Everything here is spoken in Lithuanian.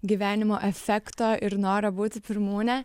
gyvenimo efekto ir noro būti pirmūne